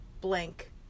blank